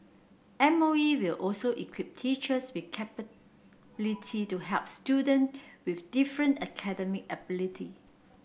M O E will also equip teachers with capabilities to help student with different academic ability